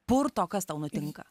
purto kas tau nutinka